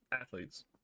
athletes